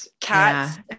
cats